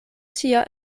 sia